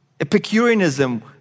Epicureanism